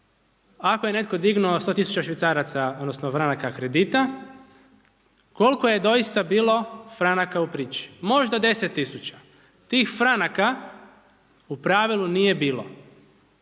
Ako je netko dignuo 100 tisuća švicaraca, odnosno, franaka kredita, koliko je doista bilo franaka u priči? Možda 10 tisuća tih franaka u pravilu nije bilo,